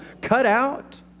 cutout